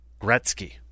Gretzky